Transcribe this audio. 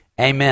Amen